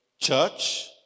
church